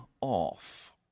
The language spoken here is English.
off